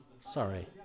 Sorry